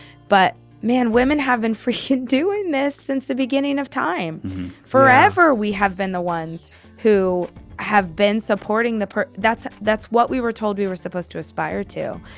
but man, women have been for doing this since the beginning of time forever. we have been the ones who have been supporting the that's that's what we were told we were supposed to aspire to.